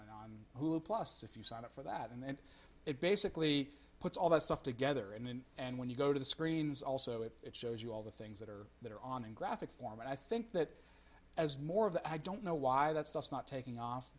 and on hulu plus if you sign up for that and it basically puts all that stuff together and then and when you go to the screens also if it shows you all the things that are that are on in graphic form and i think that as more of the i don't know why that's not taking off